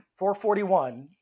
441